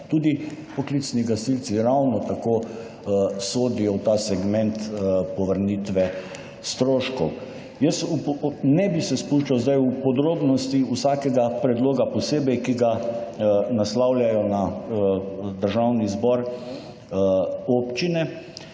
tudi poklicni gasilci ravno tako sodijo v ta segment povrnitve stroškov. Jaz…, ne bi se spuščal zdaj v podrobnosti vsakega predloga posebej, ki ga naslavljajo na Državni zbor občine,